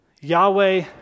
Yahweh